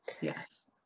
Yes